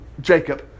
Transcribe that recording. Jacob